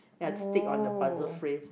ya stick on the puzzle frame